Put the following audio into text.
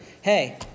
Hey